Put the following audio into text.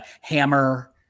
Hammer